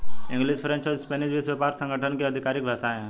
English, French और Spanish विश्व व्यापार संगठन की आधिकारिक भाषाएं है